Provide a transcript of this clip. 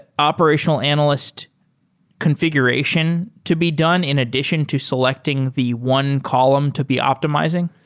operational analyst confi guration to be done in addition to selecting the one column to be optimizing?